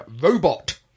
Robot